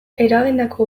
eragindako